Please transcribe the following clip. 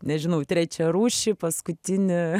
nežinau trečiarūšį paskutinį